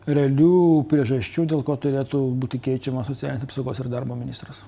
realių priežasčių dėl ko turėtų būti keičiama socialinės apsaugos ir darbo ministras